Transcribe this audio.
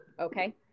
Okay